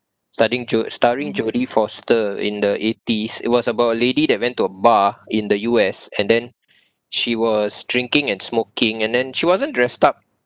studying jo starring jodie foster in the eighties it was about a lady that went to a bar in the U_S and then she was drinking and smoking and then she wasn't dressed up